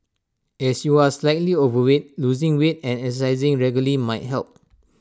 as you are slightly overweight losing weight and exercising regularly might help